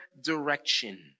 direction